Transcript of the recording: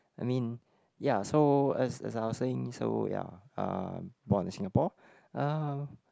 I mean ya so as as I was saying so ya uh born in Singapore uh